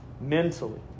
mentally